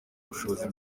ubushobozi